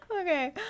Okay